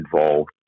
involved